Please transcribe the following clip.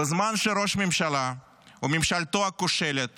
בזמן שראש ממשלה וממשלתו הכושלת